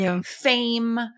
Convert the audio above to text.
Fame